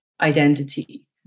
identity